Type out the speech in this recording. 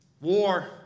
War